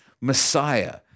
Messiah